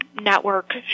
network